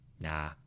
nah